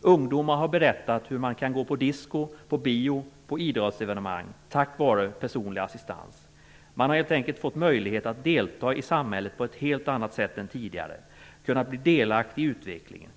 Ungdomar har berättat om att de nu kan gå på disco, bio och idrottsevenemang tack vare möjligheten till personlig assistans. Man har helt enkelt fått möjlighet att delta i samhället på ett helt annat sätt än tidigare och kunnat bli delaktig i utvecklingen.